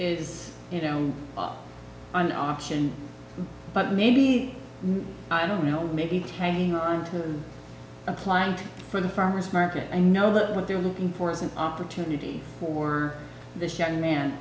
is you know an option but maybe i don't know maybe tanking on to a plant for the farmers market and know that what they're looking for is an opportunity for this young man